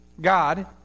God